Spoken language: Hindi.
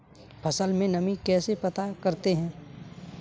फसल में नमी कैसे पता करते हैं?